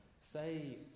Say